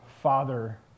father